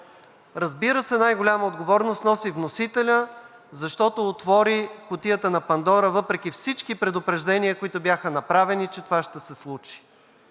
Разбира се, най-голяма отговорност носи вносителят, защото отвори кутията на Пандора въпреки всички предупреждения, които бяха направени, че това ще се случи.